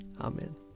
Amen